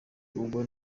ugwa